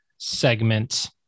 Segment